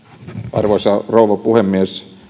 arvoisa rouva puhemies